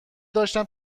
داشتم